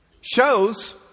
shows